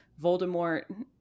Voldemort